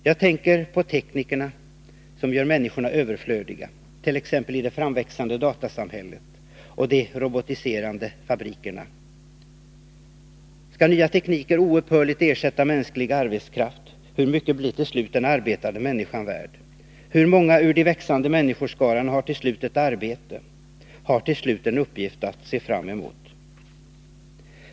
Jag tänker på teknikerna, som gör människorna överflödiga, t.ex. i det framväxande datasamhället och de robotiserade fabrikerna. Skall nya tekniker oupphörligt ersätta mänsklig arbetskraft? Hur mycket blir till slut den arbetande människan värd? Och hur många ur de växande människoskarorna har till slut ett arbete, en uppgift att se fram emot?